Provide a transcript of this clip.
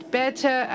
better